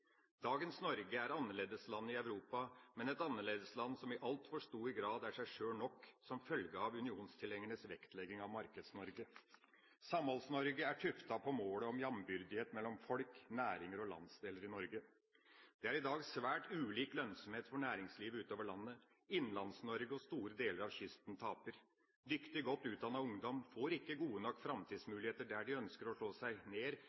Dagens Norge er annerledeslandet i Europa, men et annerledesland som i altfor stor grad er seg sjøl nok, som følge av unionstilhengernes vektlegging av Markeds-Norge. Samholds-Norge er tufta på målet om jambyrdighet mellom folk, næringer og landsdeler i Norge. Det er i dag svært ulik lønnsomhet for næringslivet utover landet. Innlands-Norge og store deler av kysten taper. Dyktig, godt utdannet ungdom får ikke gode nok framtidsmuligheter der de ønsker å slå seg ned